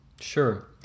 sure